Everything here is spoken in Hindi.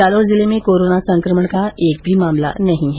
जालोर जिले में कोरोना संकमण का एक भी मामला नहीं है